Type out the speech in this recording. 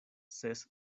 ses